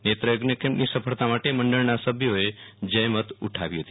નેત્રયજ્ઞ કેમ્પની સફળતા માટે મંડળના સભ્યોએ જહેમત ઉઠાવી હતી